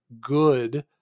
good